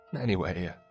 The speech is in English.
Anyway